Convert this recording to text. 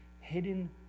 Hidden